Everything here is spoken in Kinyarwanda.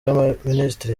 y’abaminisitiri